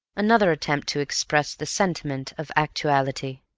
another attempt to express the sentiment of actuality